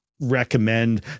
recommend